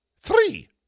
three